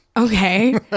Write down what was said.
Okay